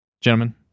Gentlemen